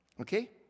Okay